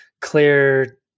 clear